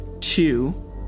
Two